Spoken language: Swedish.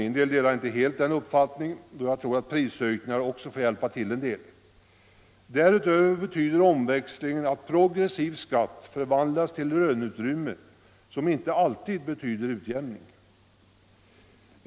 Jag delar inte helt den uppfattningen, då jag tror att prishöjningar också får hjälpa till en del. Därutöver betyder omväxlingen att progressiv skatt förvandlas till löneutrymme som inte alltid innebär utjämning.